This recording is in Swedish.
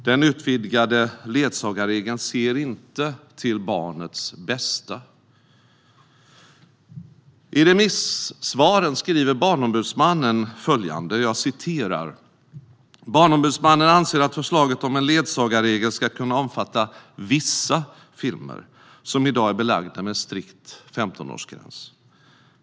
Den utvidgade ledsagarregeln ser inte till barnens bästa. I remissvaren skriver Barnombudsmannen följande: "Barnombudsmannen anser att förslaget om en ledsagarregel ska kunna omfatta vissa filmer som idag är belagda med en strikt 15-årsgräns.